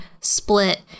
split